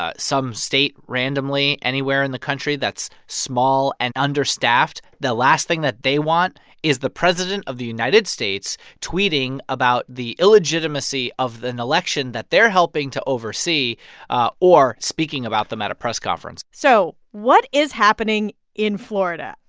ah some state randomly, anywhere in the country that's small and understaffed the last thing that they want is the president of the united states tweeting about the illegitimacy of an election that they're helping to oversee ah or speaking about them at a press conference so what is happening in florida?